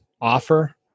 offer